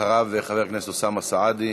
ואחריו, חבר הכנסת אוסאמה סעדי.